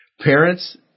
Parents